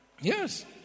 Yes